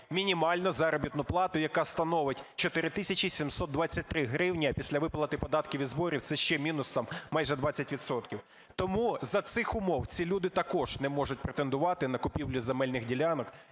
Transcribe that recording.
мінімальну заробітну плату, яка становить 4 тисячі 723 гривні, а після виплати податків і зборів це ще мінус там майже 20 відсотків. Тому за цих умов ці люди також не можуть претендувати на купівлю земельних ділянок,